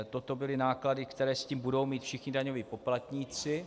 Toto byly náklady, které s tím budou mít všichni daňoví poplatníci.